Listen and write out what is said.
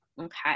Okay